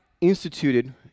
instituted